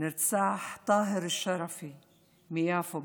נרצח טאהר אלשרפי מיפו,